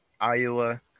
Iowa